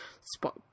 spot